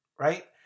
Right